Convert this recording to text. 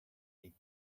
eight